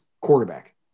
quarterback